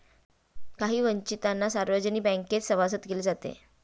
काही वंचितांना सार्वजनिक बँकेत सभासद केले जाते